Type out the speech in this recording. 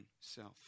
self